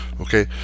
Okay